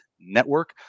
network